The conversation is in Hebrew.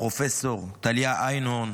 פרופ' טליה איינהורן